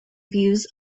views